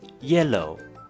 yellow